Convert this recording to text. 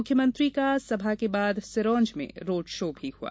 मुख्यमंत्री का सभा के बाद सिंरोंज में रोडशो भी हुआ